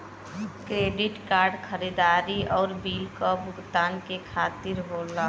credit card खरीदारी आउर bill क भुगतान के खातिर होला